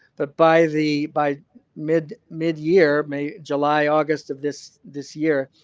but by the by mid mid-year, may, july, august of this this year,